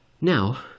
Now